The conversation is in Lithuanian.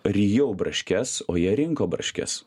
rijau braškes o jie rinko braškes